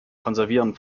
konservieren